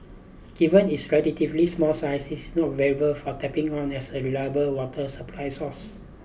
given its relatively small size it is not viable for tapping on as a reliable water supply source